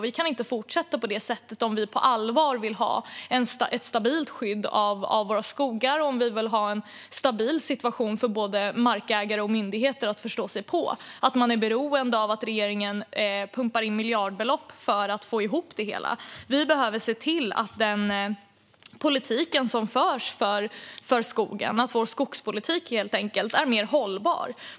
Vi kan inte fortsätta på det sättet om vi på allvar vill ha ett stabilt skydd av våra skogar och en stabil situation för både markägare och myndigheter. Man är beroende av att regeringen pumpar in miljardbelopp för att få ihop det hela. Vi behöver se till att vår skogspolitik är mer hållbar.